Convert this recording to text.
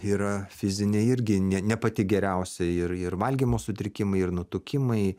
yra fizinė irgi ne ne pati geriausia ir ir valgymo sutrikimai ir nutukimai